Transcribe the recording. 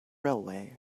railway